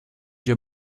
your